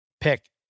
pick